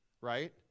right